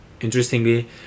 Interestingly